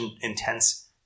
intense